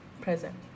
present